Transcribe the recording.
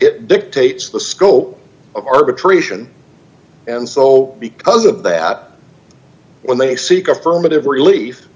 it dictates the scope of arbitration and so because of that when they seek affirmative relief